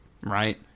right